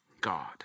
God